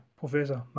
professor